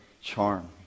charm